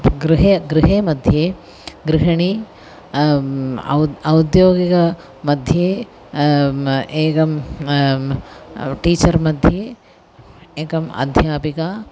गृहे गृहे मध्ये गृहिणी औद् औद्योगिकमध्ये एकं टीचर् मध्ये एकम् अध्यापिका